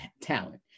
talent